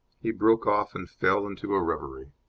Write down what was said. he broke off and fell into a reverie.